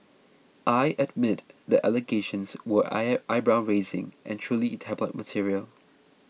I admit the allegations were eye eyebrow raising and truly tabloid material